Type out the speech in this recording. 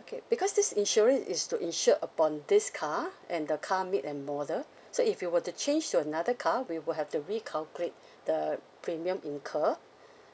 okay because this insurance is to insure upon this car and the car made and model so if you were to change to another car we will have to recalculate the premium incur